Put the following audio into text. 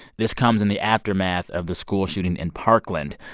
this comes in the aftermath of the school shooting in parkland.